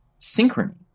synchrony